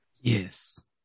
Yes